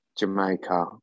Jamaica